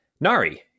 Nari